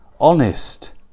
honest